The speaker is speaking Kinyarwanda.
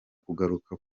kugaruka